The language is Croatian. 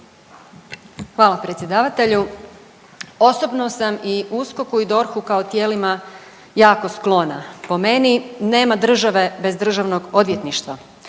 Hvala predsjedavatelju. Osobno sam i USKOK-u i DORH-u kao tijelima jako sklona. Po meni nema države bez državnog odvjetništva.